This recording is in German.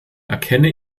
erkenne